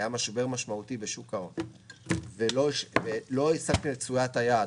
היה משבר משמעותי בשוק ההון ולא השגתם את תשואת היעד,